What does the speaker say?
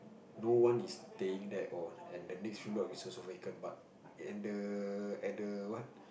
no one is staying there all and the next few block is also vacant but at the at the what